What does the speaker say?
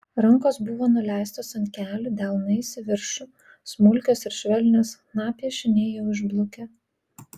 rankos buvo nuleistos ant kelių delnais į viršų smulkios ir švelnios chna piešiniai jau išblukę